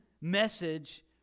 message